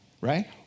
right